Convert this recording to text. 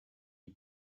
you